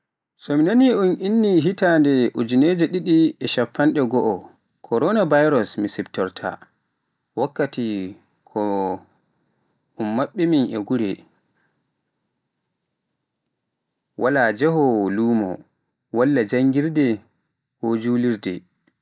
So mi naani un inni hitande ujinere didi e shappande didi Corona Virus mi siftoroyta, wakkati ko maɓɓi min e gure, wala njahoowoo lumo walla jannirde ko juulirde.